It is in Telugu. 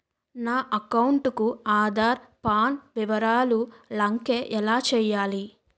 నా అకౌంట్ కు ఆధార్, పాన్ వివరాలు లంకె ఎలా చేయాలి?